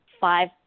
five